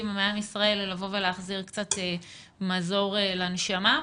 מעם ישראל לבוא ולהחזיר קצת מזור לנשמה.